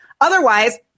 Otherwise